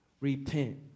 Repent